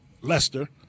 Lester